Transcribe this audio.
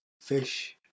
fish